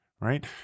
right